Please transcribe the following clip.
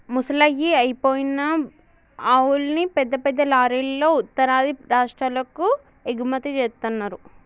ముసలయ్యి అయిపోయిన ఆవుల్ని పెద్ద పెద్ద లారీలల్లో ఉత్తరాది రాష్టాలకు ఎగుమతి జేత్తన్నరు